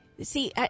See